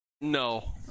No